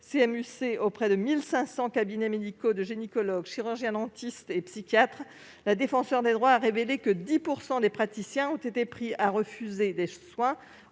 2019 auprès de 1 500 cabinets médicaux de gynécologues, chirurgiens-dentistes et psychiatres, le Défenseur des droits a révélé que 10 % des praticiens ont été pris à refuser des soins